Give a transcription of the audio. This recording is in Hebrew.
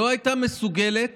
לא הייתה מסוגלת